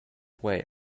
way